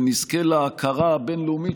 ונזכה להכרה הבין-לאומית,